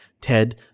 Ted